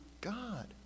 God